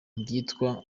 bwitwa